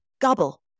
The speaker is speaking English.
Gobble